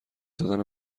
زدن